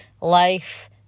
life